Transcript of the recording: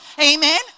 amen